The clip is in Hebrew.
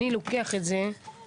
אני לוקח את זה כמשימה.